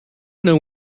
know